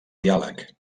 diàleg